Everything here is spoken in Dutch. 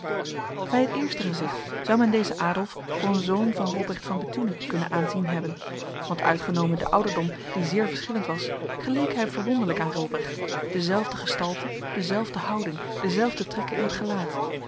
bij het eerste gezicht zou men deze adolf voor een zoon van robrecht van bethune kunnen aanzien hebben want uitgenomen de ouderdom die zeer verschillend was geleek hij verwonderlijk aan robrecht dezelfde gestalte dezelfde houding dezelfde trekken in het gelaat